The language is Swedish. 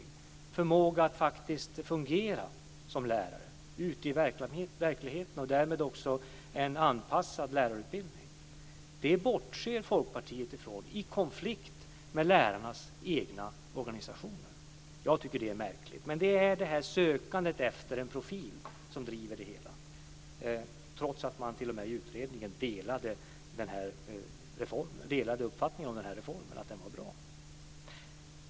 Det kräver förmåga att faktiskt fungera som lärare ute i verkligheten och därmed också en anpassad lärarutbildning. Det bortser Folkpartiet från i konflikt med lärarnas egna organisationer. Jag tycker att det är märkligt. Men det är det här sökandet efter en profil som driver det hela, trots att man t.o.m. i utredningen delade uppfattningen att den här reformen var bra.